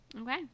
Okay